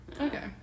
Okay